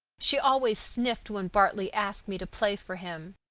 she always sniffed when bartley asked me to play for him.